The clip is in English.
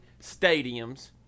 stadiums